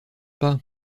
pas